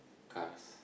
cars